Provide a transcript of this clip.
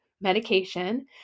medication